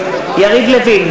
יריב לוין,